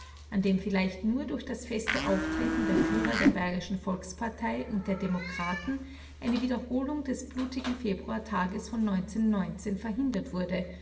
an dem vielleicht nur durch das feste auftreten der führer der bayerischen volkspartei und der demokraten eine wiederholung des blutigen februartages von verhindert wurde